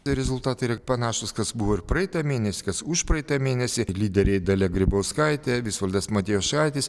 rezultatai yra panašūs kas buvo ir praeitą mėnesį kas užpraeitą mėnesį lyderiai dalia grybauskaitė visvaldas matijošaitis